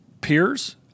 peers